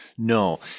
No